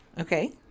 Okay